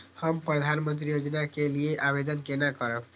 हम प्रधानमंत्री योजना के लिये आवेदन केना करब?